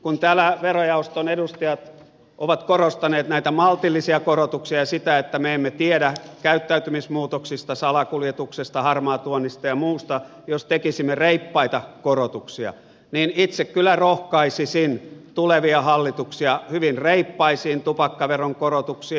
kun täällä verojaoston edustajat ovat korostaneet näitä maltillisia korotuksia ja sitä että me emme tiedä käyttäytymismuutoksista salakuljetuksesta harmaatuonnista ja muusta jos tekisimme reippaita korotuksia niin itse kyllä rohkaisisin tulevia hallituksia hyvin reippaisiin tupakkaveron korotuksiin